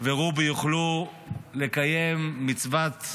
ורובי יוכלו לקיים מצוות